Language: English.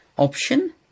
Option